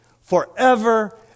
forever